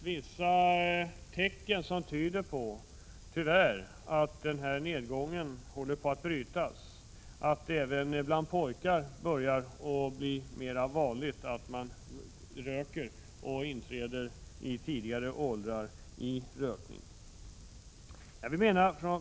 Vissa tecken tyder tyvärr på att nedgången håller på att brytas, så att rökning börjar bli vanligare även bland pojkar. Dessutom börjar rökningen i lägre ålder.